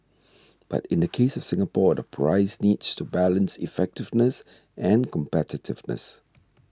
but in the case of Singapore all the price needs to balance effectiveness and competitiveness